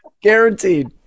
Guaranteed